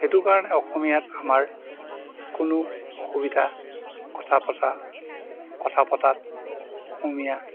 সেইটো কাৰণে অসমীয়াত আমাৰ কোনো অসুবিধা কথা পতা কথা পতাত অসমীয়াত